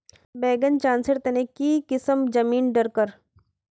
बैगन चासेर तने की किसम जमीन डरकर?